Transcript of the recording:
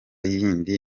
yindi